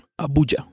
abuja